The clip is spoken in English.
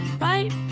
right